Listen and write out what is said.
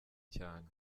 cyane